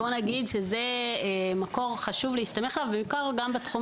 בוא נגיד שזה מקור חשוב להסתמך עליו ובעיקר גם בתחום